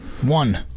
One